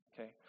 okay